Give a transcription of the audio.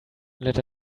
let